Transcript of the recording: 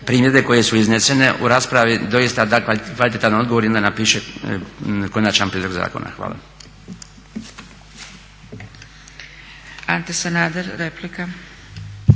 primjedbe koje su iznesene u raspravi doista da kvalitetan odgovor i onda napiše konačan prijedlog zakona. Hvala. **Zgrebec, Dragica